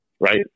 Right